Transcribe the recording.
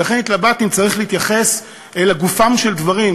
ולכן התלבטתי אם צריך להתייחס לגופם של דברים,